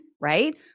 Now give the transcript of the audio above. right